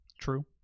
True